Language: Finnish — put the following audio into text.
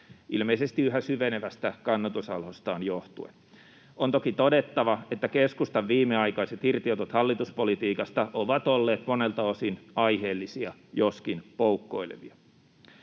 ilmeisesti yhä syvenevästä kannatusalhostaan johtuen. On toki todettava, että keskustan viimeaikaiset irtiotot hallituspolitiikasta ovat olleet monelta osin aiheellisia, joskin poukkoilevia.